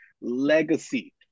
Legacy